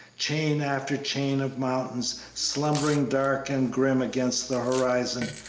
chain after chain of mountains, slumbering dark and grim against the horizon,